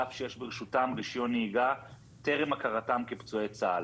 על אף שיש ברשותם רישיון נהיגה טרם הכרתם כפצועי צה"ל.